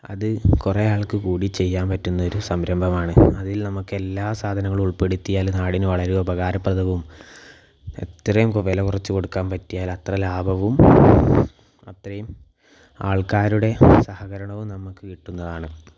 അത് കുറേ ആൾക്ക് കൂടി ചെയ്യാൻ പറ്റുന്ന ഒരു സംരംഭമാണ് അതിൽ നമുക്ക് എല്ലാ സാധനങ്ങളും ഉൾപ്പെടുത്തിയാൽ നാടിന് വളരെ ഉപകാരപ്രദവും എത്രയും വില കുറച്ചു കൊടുക്കാൻ പറ്റിയാൽ അത്ര ലാഭവും അത്രയും ആൾക്കാരുടെ സഹകരണവും നമുക്ക് കിട്ടുന്നതാണ്